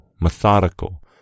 Methodical